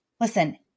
Listen